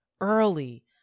early